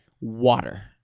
water